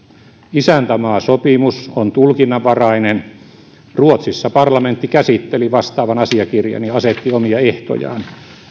isäntämaasopimus on tulkinnanvarainen ruotsissa parlamentti käsitteli vastaavan asiakirjan ja ja asetti omia ehtojaan